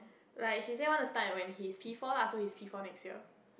like she says want to start and when he is P four I told P four next year